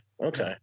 Okay